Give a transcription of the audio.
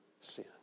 sin